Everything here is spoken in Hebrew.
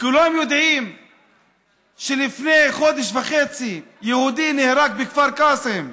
כולם יודעים שלפני חודש וחצי יהודי נהרג בכפר קאסם.